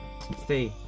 Stay